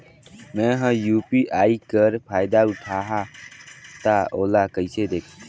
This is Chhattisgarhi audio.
मैं ह यू.पी.आई कर फायदा उठाहा ता ओला कइसे दखथे?